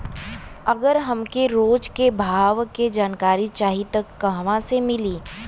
अगर हमके रोज के भाव के जानकारी चाही त कहवा से मिली?